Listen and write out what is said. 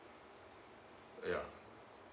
yeah